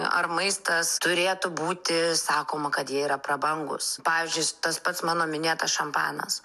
ar maistas turėtų būti sakoma kad jie yra prabangūs pavyzdžiui tas pats mano minėtas šampanas